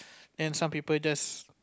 and some people just